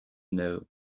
know